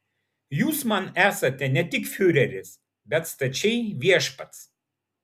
jūs man esate ne tik fiureris bet stačiai viešpats